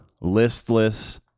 listless